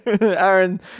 aaron